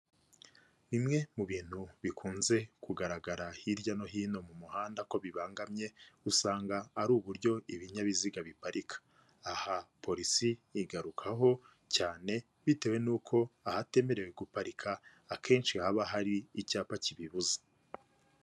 Bimwe mu bintu bikunze kugaragara hirya no hino mu muhanda ko bibangamye, usanga ari uburyo ibinyabiziga biparika, aha polisi igarukaho cyane bitewe n'uko ahatemerewe guparika akenshi haba hari icyapa kibibuza.